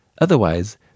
Otherwise